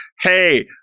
hey